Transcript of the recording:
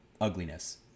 ugliness